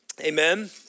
Amen